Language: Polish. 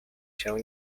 się